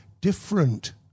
different